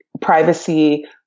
privacy